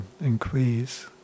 increase